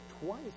twice